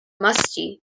musty